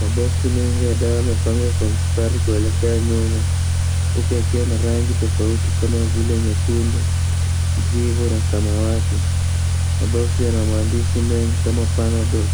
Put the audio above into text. Maboxi mengi ya dawa yamepangwa Kwa mstari kuelekea nyuma huku yakiwa na rangi tofauti kama zile nyekundu, kijivu na samawati. Maboxi Yana maandishi mengi kama [c.s]panadol,